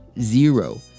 zero